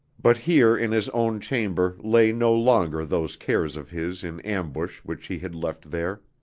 but here in his own chamber lay no longer those cares of his in ambush which he had left there.